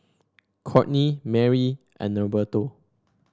Kourtney Mary and Norberto